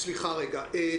ציפיתי שככה יהיו הדברים.